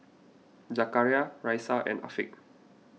Zakaria Raisya and Afiq